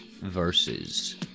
verses